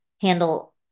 handle